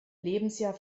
lebensjahr